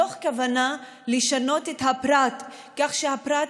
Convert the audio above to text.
מתוך כוונה לשנות את הפרט כך שהפרט